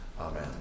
Amen